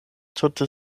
tute